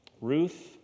ruth